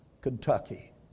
Kentucky